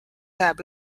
sajab